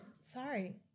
Sorry